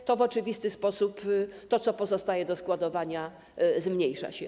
Wtedy w oczywisty sposób to, co pozostaje do składowania, zmniejsza się.